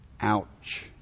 Ouch